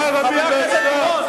חבר הכנסת גילאון,